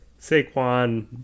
Saquon